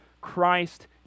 Christ